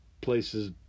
places